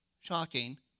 Shocking